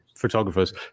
photographers